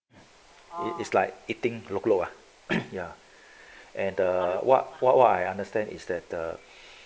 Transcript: it is like eating look lok lok ah ya and the what what what I understand is that the